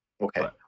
Okay